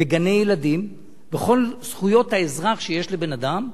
בגני-ילדים ובכל זכויות האזרח שיש לבן-אדם,